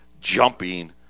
jumping